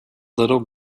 little